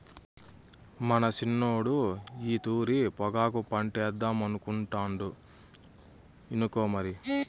మన సిన్నోడు ఈ తూరి పొగాకు పంటేద్దామనుకుంటాండు ఇనుకో మరి